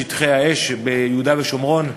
בשטחי האש ביהודה ושומרון,